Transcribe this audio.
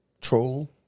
Troll